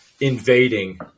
invading